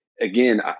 again